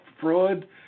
fraud